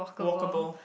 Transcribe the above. walkable